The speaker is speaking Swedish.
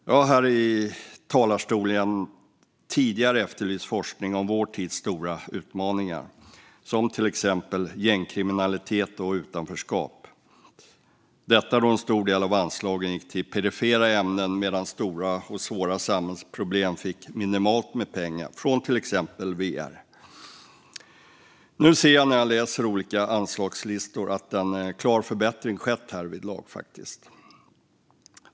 Jag har här i talarstolen tidigare efterlyst forskning om vår tids stora utmaningar, till exempel gängkriminalitet och utanförskap, detta eftersom en stor del av anslagen gick till perifera ämnen medan stora och svåra samhällsproblem fick minimalt med pengar från till exempel Vetenskapsrådet. Nu ser jag när jag läser olika anslagslistor att en klar förbättring faktiskt skett härvidlag.